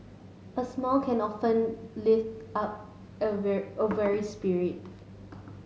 a smile can often lift up a wear a weary spirit